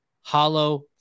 hollow